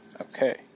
Okay